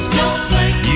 Snowflake